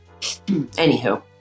Anywho